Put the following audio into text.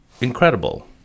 incredible